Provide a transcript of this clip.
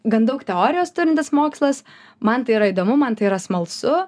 gan daug teorijos turintis mokslas man tai yra įdomu man tai yra smalsu